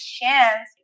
chance